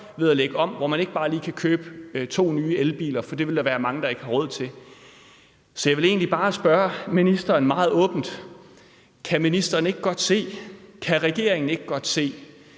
meget høje; man kan ikke bare lige købe to elbiler, for det vil der være mange der ikke har råd til. Så jeg vil egentlig bare spørge ministeren meget åbent: Kan ministeren ikke godt se, kan regeringen ikke godt se,